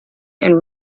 and